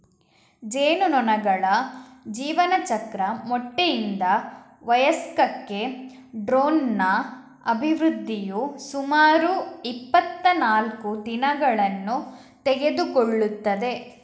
ಜೇನುನೊಣಗಳ ಜೀವನಚಕ್ರ ಮೊಟ್ಟೆಯಿಂದ ವಯಸ್ಕಕ್ಕೆ ಡ್ರೋನ್ನ ಅಭಿವೃದ್ಧಿಯು ಸುಮಾರು ಇಪ್ಪತ್ತನಾಲ್ಕು ದಿನಗಳನ್ನು ತೆಗೆದುಕೊಳ್ಳುತ್ತದೆ